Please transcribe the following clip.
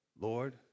Lord